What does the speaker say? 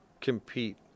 compete